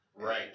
Right